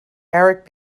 eric